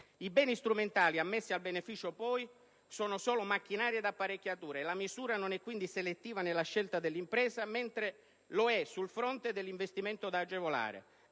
I beni strumentali ammessi al beneficio, poi, sono solo macchinari ed apparecchiature. La misura non è, quindi, selettiva nella scelta dell'impresa, mentre lo è sul fronte dell'investimento da agevolare.